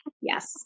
Yes